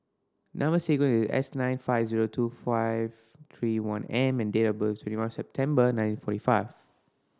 number sequence is S nine five zero two five three one M and date of birth is twenty one September nineteen forty five